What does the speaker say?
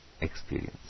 experience